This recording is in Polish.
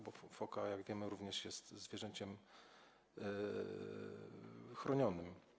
Bo foka, jak wiemy, również jest zwierzęciem chronionym.